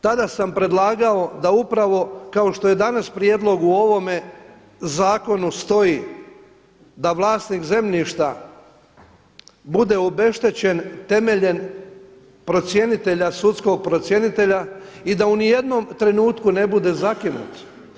Tada sam predlagao da upravo kao što je danas prijedlog u ovome zakonu stoji da vlasnik zemljišta bude obeštećen temeljem procjenitelja, sudskog procjenitelja i da u ni jednom trenutku ne bude zakinut.